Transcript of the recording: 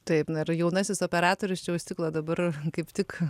taip na ir jaunasis operatorius čia už stiklo dabar kaip tik